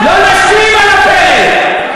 לא נשים על הפרק.